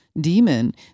demon